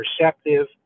perceptive